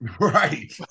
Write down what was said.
Right